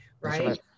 right